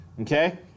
Okay